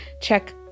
Check